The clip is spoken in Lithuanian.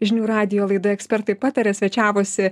žinių radijo laidoje ekspertai pataria svečiavosi